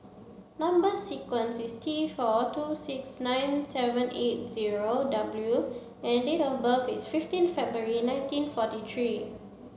number sequence is T four two six nine seven eight zero W and date of birth is fifteen February nineteen forty three